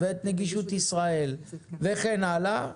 ואת נגישות ישראל וכן הלאה,